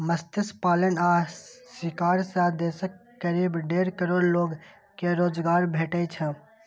मत्स्य पालन आ शिकार सं देशक करीब डेढ़ करोड़ लोग कें रोजगार भेटै छै